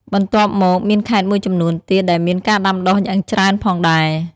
បន្ទាប់មកមានខេត្តមួយចំនួនទៀតដែលមានការដាំដុះយ៉ាងច្រើនផងដែរ។